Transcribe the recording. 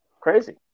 crazy